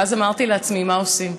ואז אמרתי לעצמי: מה עושים?